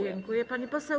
Dziękuję, pani poseł.